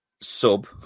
Sub